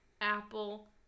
apple